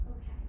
okay